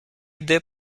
йде